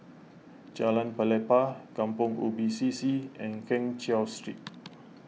Jalan Pelepah Kampong Ubi C C and Keng Cheow Street